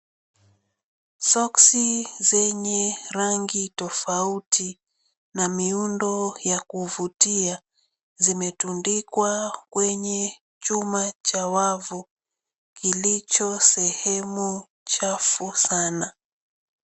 Soksi zenye rangi tofauti na miundo ya kuvutia, zimetundikwa kwenye chuma cha wavu, kilicho sehemu chafu sana.